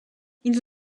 ils